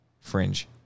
Fringe